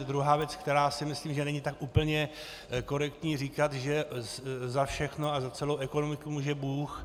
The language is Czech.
Druhá věc, která si myslím, že není tak úplně korektní, je říkat, že za všechno a celou ekonomiku může bůh.